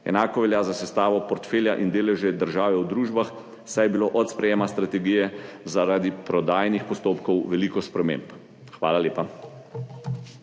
Enako velja za sestavo portfelja in deleže države v družbah, saj je bilo od sprejetja strategije zaradi prodajnih postopkov veliko sprememb. Hvala lepa.